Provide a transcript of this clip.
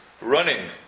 running